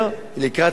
לקראת סיום,